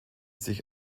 sich